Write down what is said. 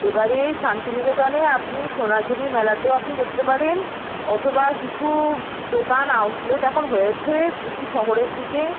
এবারে শান্তিনিকেতনে আপনি সোনাঝুরি মেলাতেও আপনি দেখতে পারেন অথবা কিছু দোকান আউটলেট এখন হয়েছে একটু শহরের দিকে